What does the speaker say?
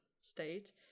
state